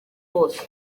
bose